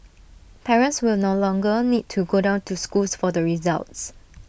parents will no longer need to go down to schools for the results